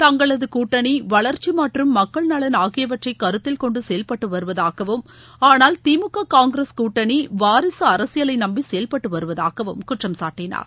தங்களது கூட்டணி வளர்ச்சி மற்றும் மக்கள் நலன் ஆகியவற்றை கருத்தில் கொண்டு செயல்பட்டு வருவதாகவும் ஆனால் திமுக காங்கிரஸ் கூட்டனி வாரிக அரசியலை நம்பி செயல்பட்டு வருவதாகவும் குற்றம் சாட்டினார்